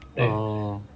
oh